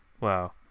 wow